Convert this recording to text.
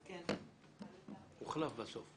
הוחלף בסוף.